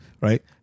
right